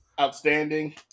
Outstanding